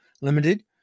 limited